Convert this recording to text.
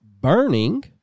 burning